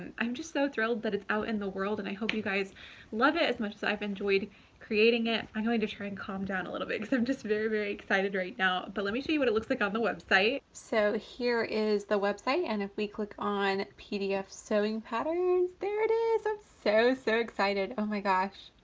and i'm just so thrilled that it's out in the world and i hope you guys love it as much as i've enjoyed creating it! i'm going to try and calm down a little bit because i'm just very, very excited right now, but let me show you what it looks like on the website. so here is the website and if we click on pdf sewing patterns there it is! i'm so, so excited! oh my gosh!